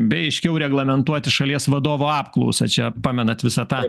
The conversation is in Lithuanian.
bei aiškiau reglamentuoti šalies vadovų apklausą čia pamenat visą tą